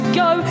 go